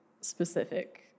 specific